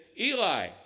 Eli